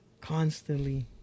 constantly